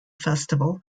festival